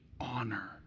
honor